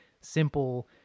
simple